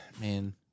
Man